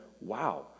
wow